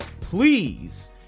please